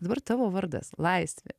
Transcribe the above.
dabar tavo vardas laisvė